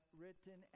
written